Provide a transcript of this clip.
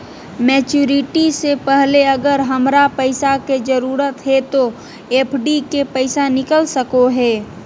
Maturity से पहले अगर हमरा पैसा के जरूरत है तो एफडी के पैसा निकल सको है?